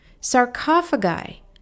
sarcophagi